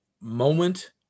moment